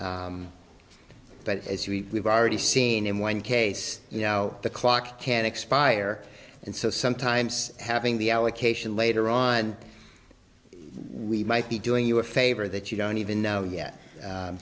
but as we have already seen in one case you know the clock can expire and so sometimes having the allocation later on we might be doing you a favor that you don't even know yet